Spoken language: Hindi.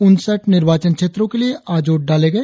उनसठ निर्वाचन क्षेत्रो के लिए आज वोट डाले गए